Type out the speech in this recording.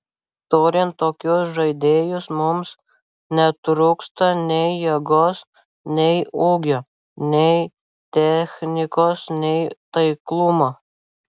turint tokius žaidėjus mums netrūksta nei jėgos nei ūgio nei technikos nei taiklumo